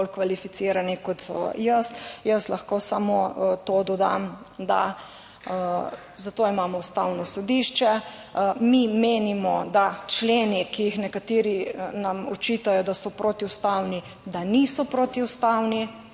bolj kvalificirani kot jaz. Jaz lahko samo to dodam, da za to imamo Ustavno sodišče. Mi menimo, da členi, ki jih nekateri nam očitajo, da so protiustavni, da niso protiustavni,